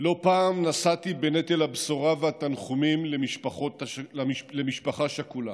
לא פעם נשאתי בנטל הבשורה והתנחומים למשפחה שכולה,